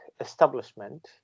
establishment